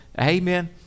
amen